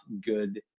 good